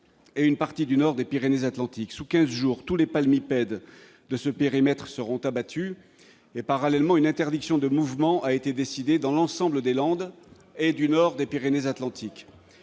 et une partie du nord des Pyrénées-Atlantiques. Sous quinze jours, tous les palmipèdes de ce périmètre seront abattus. Parallèlement, une interdiction de mouvements a été décidée pour l'ensemble des Landes et du nord des Pyrénées-Atlantiques.